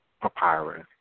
papyrus